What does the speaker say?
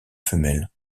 femelle